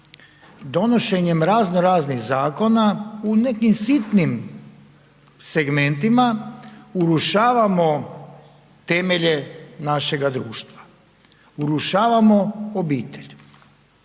donošenjem razno raznih zakona, u nekim sitnim segmentima, urušavamo temelje našega društva, urušavamo obitelj.